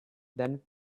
than